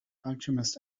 alchemist